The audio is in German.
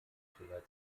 kreative